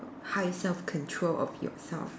high self control of yourself